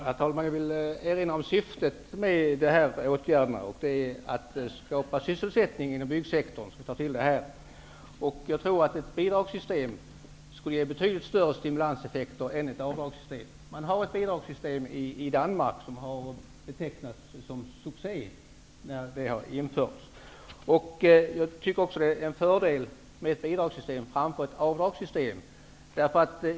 Herr talman! Jag vill erinra om syftet med åtgärderna. Det är för att skapa sysselsättning inom byggsektorn som man skall ta till dem. Jag tror att ett bidragsystem skulle ge betydligt större stimulanseffekter än ett avdragssystem. Det finns ett bidragssystem i Danmark som betecknades som succé när det infördes. Det finns en fördel med att ha ett bidragssystem i stället för ett avdragssystem.